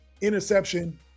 interception